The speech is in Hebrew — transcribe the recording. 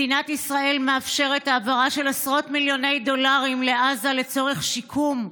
מדינת ישראל מאפשרת העברה של עשרות מיליוני דולרים לעזה לצורך שיקום,